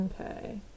Okay